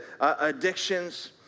addictions